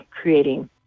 creating